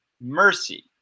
Mercy